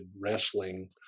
wrestling